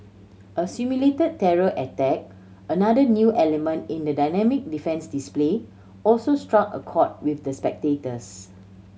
a simulated terror attack another new element in the dynamic defence display also struck a chord with the spectators